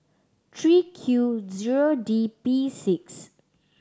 three Q zero D P six